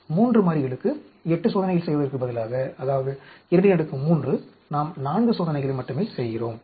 3 மாறிகளுக்கு 8 சோதனைகள் செய்வதற்கு பதிலாக அதாவது 23 நாம் 4 சோதனைகளை மட்டுமே செய்கிறோம்